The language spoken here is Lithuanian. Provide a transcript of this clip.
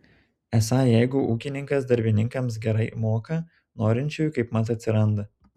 esą jeigu ūkininkas darbininkams gerai moka norinčiųjų kaipmat atsiranda